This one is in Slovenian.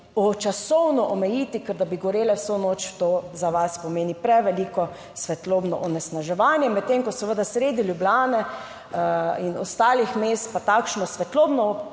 časovno omejiti, ker da bi gorele vso noč, to za vas pomeni preveliko svetlobno onesnaževanje, medtem ko seveda sredi Ljubljane in ostalih mest pa takšno svetlobno